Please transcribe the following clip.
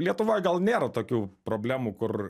lietuvoj gal nėra tokių problemų kur